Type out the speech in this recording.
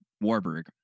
Warburg